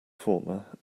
former